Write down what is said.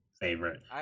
favorite